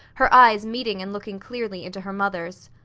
her eyes meeting and looking clearly into her mother's.